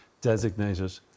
designated